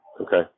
Okay